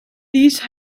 these